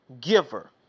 giver